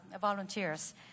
volunteers